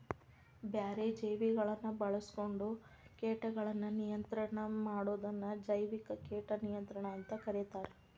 ಬ್ಯಾರೆ ಜೇವಿಗಳನ್ನ ಬಾಳ್ಸ್ಕೊಂಡು ಕೇಟಗಳನ್ನ ನಿಯಂತ್ರಣ ಮಾಡೋದನ್ನ ಜೈವಿಕ ಕೇಟ ನಿಯಂತ್ರಣ ಅಂತ ಕರೇತಾರ